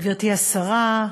גברתי השרה,